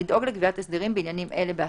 לדאוג לקביעת הסדרים בעניינים אלה בהסכמה.